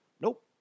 Nope